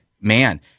man